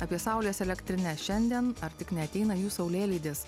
apie saulės elektrines šiandien ar tik neateina jų saulėlydis